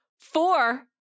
Four